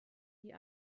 die